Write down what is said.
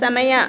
ಸಮಯ